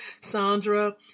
Sandra